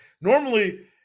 normally